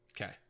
Okay